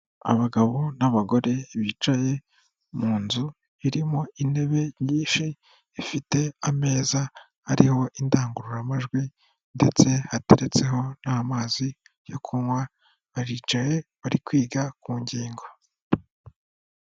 Abagabo n'abagore bicaye mu nzu irimo intebe nyinshi, ifite ameza ariho indangururamajwi ndetse ateretseho n'amazi yo kunywa, baricaye bari kwiga ku ngingo.